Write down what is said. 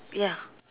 ya